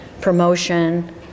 promotion